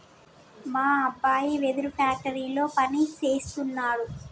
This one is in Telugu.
మా అబ్బాయి వెదురు ఫ్యాక్టరీలో పని సేస్తున్నాడు